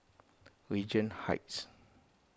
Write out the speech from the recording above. Regent Heights